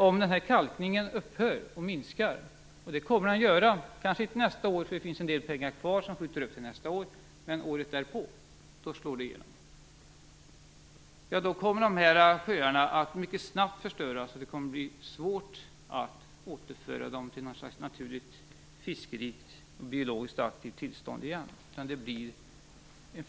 Om kalkningen minskar och upphör - och det kommer den att göra om inte nästa år för det finns en del pengar kvar, men året därpå - då kommer sjöarna att mycket snabbt förstöras. Det kommer att bli svårt att återföra dem till fiskrikt och något slags aktivt biologiskt tillstånd, utan det blir